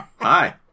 Hi